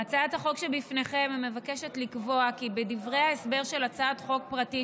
הצעת החוק שבפניכם מבקשת לקבוע כי "בדברי ההסבר של הצעת חוק פרטית